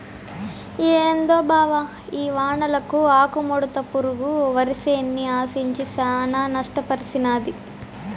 ఏందో బావ ఈ వానలకు ఆకుముడత పురుగు వరిసేన్ని ఆశించి శానా నష్టపర్సినాది